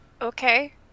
Okay